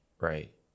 right